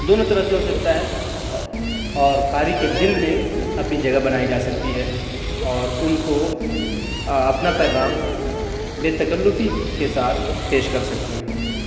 دونوں طرح سے ہوسکتا ہے اور قاری کے دل میں اپنی جگہ بنائی جاسکتی ہے اور ان کو اپنا پیغام بےتکلفی کے ساتھ پیش کر سکتے ہیں